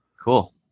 Cool